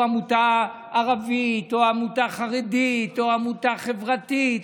עמותה ערבית או עמותה חרדית או עמותה חברתית.